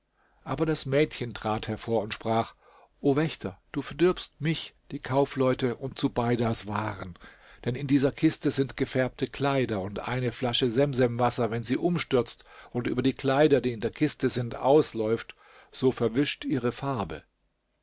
aber das mädchen trat hervor und sprach o wächter du verdirbst mich die kaufleute und zubeidas waren denn in dieser kiste sind gefärbte kleider und eine flasche semsemwasser wenn sie umstürzt und über die kleider die in der kiste sind ausläuft so verwischt ihre farbe